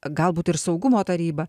galbūt ir saugumo taryba